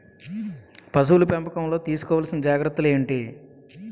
పశువుల పెంపకంలో తీసుకోవల్సిన జాగ్రత్త లు ఏంటి?